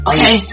Okay